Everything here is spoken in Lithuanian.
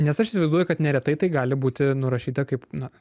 nes aš įsivaizduoju kad neretai tai gali būti nurašyta kaip na